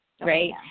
right